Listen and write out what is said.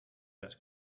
that